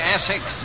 Essex